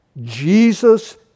Jesus